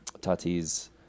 Tati's